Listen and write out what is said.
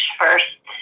first